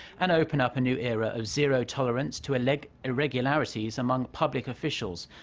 and open up a new era of zero tolerance to like irregularities among public officials.